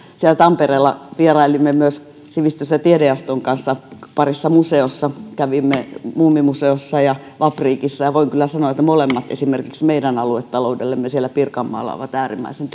siellä tampereella vierailimme myös sivistys ja tiedejaoston kanssa parissa museossa kävimme muumimuseossa ja vapriikissa ja voin kyllä sanoa että molemmat esimerkiksi meidän aluetaloudellemme siellä pirkanmaalla ovat äärimmäisen